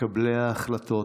למקבלי ההחלטות.